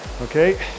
Okay